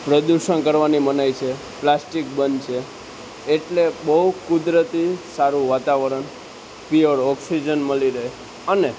પ્રદૂષણ કરવાની મનાઈ છે પ્લાસ્ટિક બંધ છે એટલે બહુ કુદરતી સારું વાતાવરણ પ્યોર ઑક્સીજન મળી રહે અને